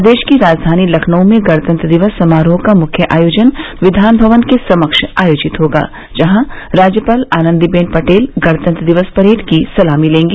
प्रदेश की राजधानी लखनऊ में गणतंत्र दिवस समारोह का मुख्य आयोजन विधान भवन के समक्ष आयोजित होगा जहां राज्यपाल आनन्दीबेन पटेल गणतंत्र दिवस परेड की सलामी लेंगी